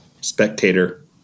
spectator